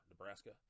Nebraska